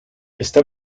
está